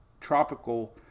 tropical